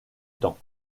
temps